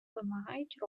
вимагають